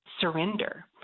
surrender